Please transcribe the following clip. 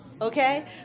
okay